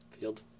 field